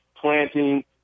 planting